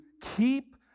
keep